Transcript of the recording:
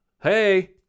Hey